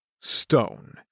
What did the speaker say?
Stone